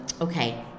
okay